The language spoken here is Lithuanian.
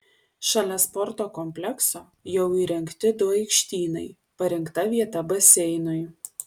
šalia sporto komplekso jau įrengti du aikštynai parinkta vieta baseinui